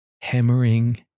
hammering